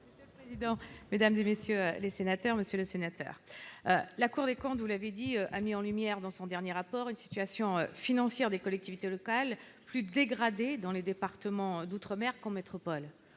minutes. Il appelle. Mesdames et messieurs les sénateurs, Monsieur le Sénateur, la Cour des comptes, vous l'avez dit, a mis en lumière dans son dernier rapport, une situation financière des collectivités locales plus dégradée dans les départements d'outre-mer quand métropole